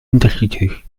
unterschiedlich